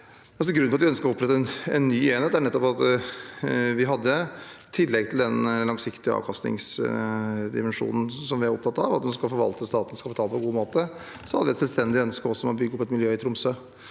Grunnen til at vi ønsker å opprette en ny enhet, er nettopp at vi i tillegg til den langsiktige avkastningsdimensjonen vi er opptatt av – at man skal forvalte statens kapital på en god måte – har et selvstendig ønske om å bygge opp et miljø i Tromsø.